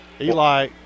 Eli